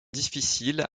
difficile